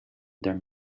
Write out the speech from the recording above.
their